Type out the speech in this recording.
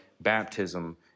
baptism